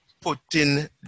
putting